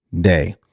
day